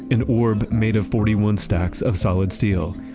an orb made of forty one stacks of solid steel,